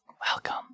welcome